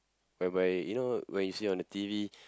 whereby you know where you see on the T_V